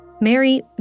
Mary